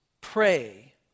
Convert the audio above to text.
Pray